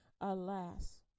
Alas